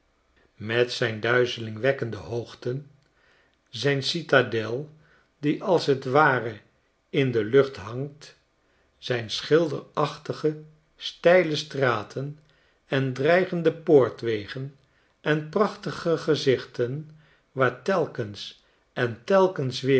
met zijn duizelingwekkende hoogten zijn citadel die als t ware in de lucht hangt zijn schilderachtige steile straten en dreigende poortwegen en de prachtige gezichten waartelkens en telkens weer